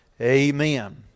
Amen